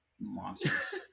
monsters